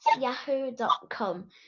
yahoo.com